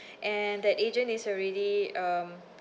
and that agent is already um